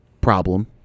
problem